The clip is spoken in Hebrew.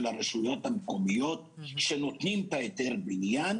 הרשויות המקומיות שנותנים את היתר הבניין.